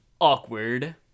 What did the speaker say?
awkward